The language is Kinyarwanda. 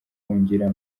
guhungira